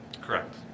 Correct